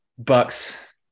Bucks